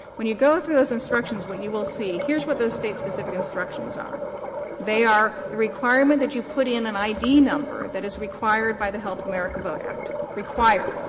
when you go through those instructions, what you will see here's what those state-specific instructions are they are the requirement that you put in an id number that is required by the help america vote act required.